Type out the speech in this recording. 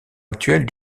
actuelle